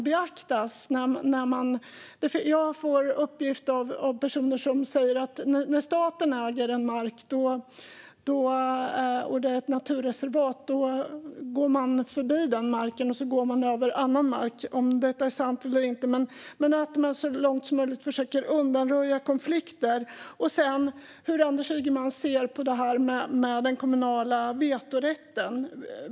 Jag får uppgifter från personer som säger att när staten äger mark som är ett naturreservat går man förbi den marken och går över annan mark. Jag vet inte om detta är sant eller inte. Men jag undrar om detta med att så långt som det är möjligt försöka undvika konflikter. Sedan undrar jag hur Anders Ygeman ser på det här med den kommunala vetorätten.